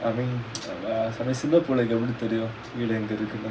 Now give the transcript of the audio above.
I mean எப்படிதெரியும்வீடுஎங்கஇருக்குனு:epdi therium veedu enga irukunu